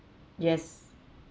yes